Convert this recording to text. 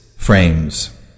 Frames